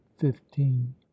fifteen